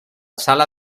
sala